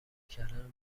کردن